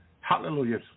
Hallelujah